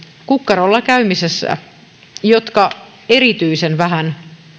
kukkarolla käymisellä jotka erityisen vähän